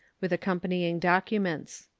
with accompanying documents.